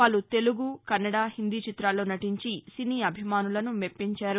పలు తెలుగు కన్నడ హిందీ చితాల్లో నటించి సినీఅభిమానులను మెప్పించారు